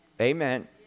Amen